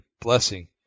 blessing